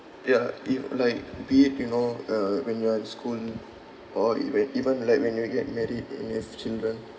ya it like be it you know uh when you are in school or e~ when even like when you get married and you have children